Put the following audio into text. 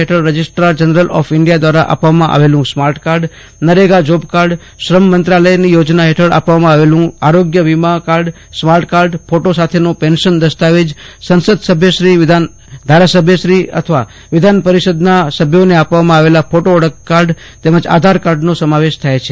હેઠળ registrar general of India દ્વારા આપવામાં આવેલું સ્માર્ટ કાર્ડ નરેગા જોબકાર્ડ શ્રમ મંત્રાલયની યોજના હેઠળ આપવામાં આવેલું આરોગ્ય વીમા કાર્ડ સ્માર્ટ કાર્ડ ફોટો સાથેનો પેન્શન દસ્તાવેજ સંસદસભ્યશ્રી ધારાસભ્યશ્રી અથવા વિધાનપરિષદના સભ્યોને આપવામાં આવેલ ફોટો ઓળખ કાર્ડ આધાર કાર્ડનો સમાવેશ થાય છે